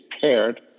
paired